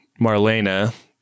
Marlena